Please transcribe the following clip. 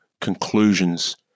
conclusions